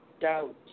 doubt